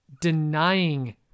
denying